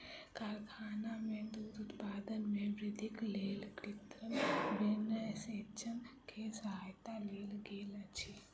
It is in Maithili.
कारखाना में दूध उत्पादन में वृद्धिक लेल कृत्रिम वीर्यसेचन के सहायता लेल गेल अछि